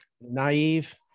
naive